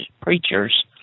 preachers